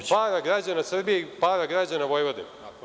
Ode para građana Srbije i para građana Vojvodine.